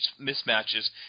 mismatches